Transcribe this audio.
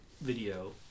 video